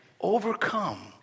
overcome